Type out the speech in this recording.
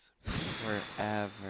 Forever